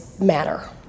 matter